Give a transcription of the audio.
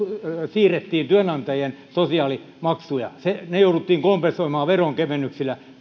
siirrettiin työnantajien sosiaalimaksuja mikä jouduttiin kompensoimaan veronkevennyksillä